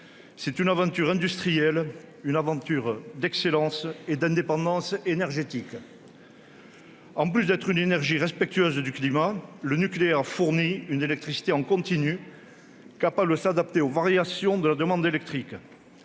C'est une aventure industrielle, une aventure d'excellence et d'indépendance énergétique. Énergie respectueuse du climat, le nucléaire fournit en outre de l'électricité de façon continue et est capable de s'adapter aux variations de la demande électrique.